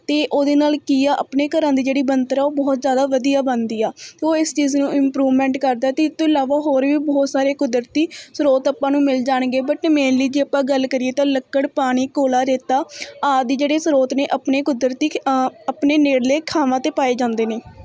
ਅਤੇ ਉਹਦੇ ਨਾਲ ਕੀ ਆ ਆਪਣੇ ਘਰਾਂ ਦੀ ਜਿਹੜੀ ਬਣਤਰ ਆ ਉਹ ਬਹੁਤ ਜ਼ਿਆਦਾ ਵਧੀਆ ਬਣਦੀ ਆ ਸੋ ਇਸ ਚੀਜ਼ ਨੂੰ ਇਮਪਰੂਵਮੈਂਟ ਕਰਦਾ ਅਤੇ ਇਸ ਤੋਂ ਇਲਾਵਾ ਹੋਰ ਵੀ ਬਹੁਤ ਸਾਰੇ ਕੁਦਰਤੀ ਸਰੋਤ ਆਪਾਂ ਨੂੰ ਮਿਲ ਜਾਣਗੇ ਬਟ ਮੇਨਲੀ ਜੇ ਆਪਾਂ ਗੱਲ ਕਰੀਏ ਤਾਂ ਲੱਕੜ ਪਾਣੀ ਕੋਲਾ ਰੇਤਾ ਆਦਿ ਜਿਹੜੇ ਸਰੋਤ ਨੇ ਆਪਣੇ ਕੁਦਰਤੀ ਆ ਆਪਣੇ ਨੇੜਲੇ ਥਾਵਾਂ 'ਤੇ ਪਾਏ ਜਾਂਦੇ ਨੇ